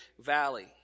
valley